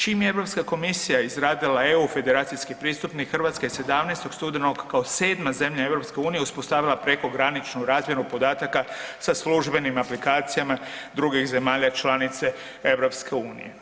Čim je Europska komisija izradila EU federacijski pristupnik Hrvatske 17. studenog kao 7. zemlja EU uspostavila prekograničnu razmjenu podataka sa službenim aplikacijama drugih zemalja članica EU.